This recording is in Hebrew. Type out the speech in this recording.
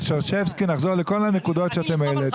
כשנדון על שרשבסקי נחזור לכל הנקודות שאתם העליתם.